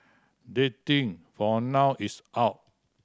dating for now is out